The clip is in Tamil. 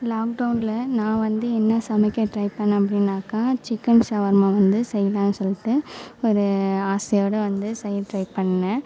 லாக்டவுனில் நான் வந்து என்ன சமைக்க ட்ரை பண்ணேன் அப்படினாக்கா சிக்கன் சவர்மா வந்து செய்லாம்னு சொல்லிட்டு ஒரு ஆசையோட வந்து செய்ய ட்ரை பண்ணினேன்